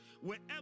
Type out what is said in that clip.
wherever